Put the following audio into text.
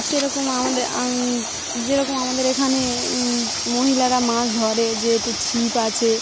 সেরকম আমাদের যেরকম আমাদের এখানে মহিলারা মাছ ধরে যেহেতু ছিপ আছে